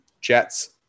Jets